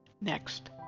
Next